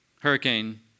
Hurricane